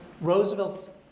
Roosevelt